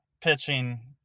pitching